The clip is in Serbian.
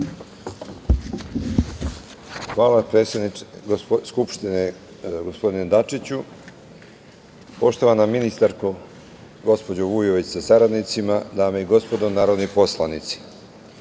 Hvala, predsedniče Skupštine, gospodine Dačiću. Poštovana ministarko, gospođo Vujović sa saradnicima, dame i gospodo narodni poslanici,